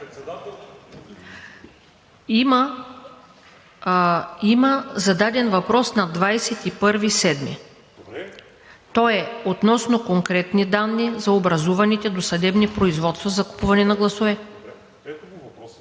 Има зададен въпрос на 21 юли. Той е относно конкретни данни за образуваните досъдебни производства за купуване на гласове.